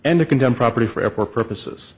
and to condemn property for airport purposes